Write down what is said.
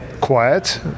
quiet